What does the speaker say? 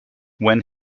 when